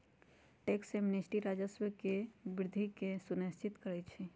tax amnesty राजस्व में वृद्धि के सुनिश्चित करइ छै